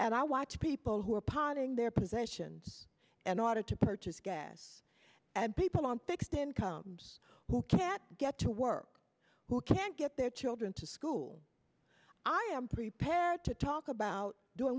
and i watch people who are putting their positions and order to purchase gas and people on fixed incomes who can't get to work who can't get their children to school i am prepared to talk about doing